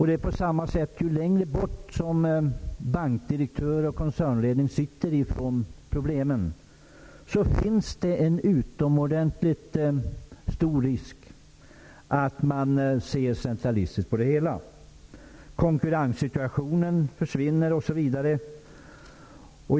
Det är på samma sätt så, att ju längre bort från problemen som bankdirektör och koncernledning sitter, desto större är risken att man ser centralistiskt på det hela. Konkurrenssituationen försvinner osv.